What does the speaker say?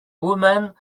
woman